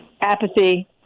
apathy